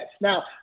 Now